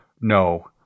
no